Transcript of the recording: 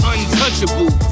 Untouchable